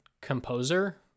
composer